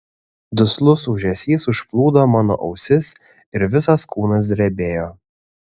duslus ūžesys užplūdo mano ausis ir visas kūnas drebėjo